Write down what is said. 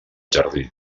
jardí